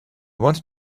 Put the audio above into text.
wanted